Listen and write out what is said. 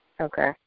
Okay